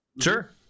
Sure